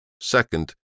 Second